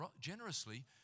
generously